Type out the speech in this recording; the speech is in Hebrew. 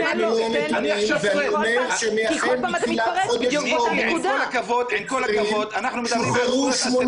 אמרתי שמתחילת חודש מרץ אנחנו נמצאים במשבר